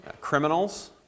criminals